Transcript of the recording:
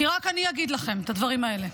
כי רק אני אגיד לכם את הדברים האלה.